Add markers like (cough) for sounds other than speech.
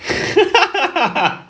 (laughs)